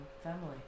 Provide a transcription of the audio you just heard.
family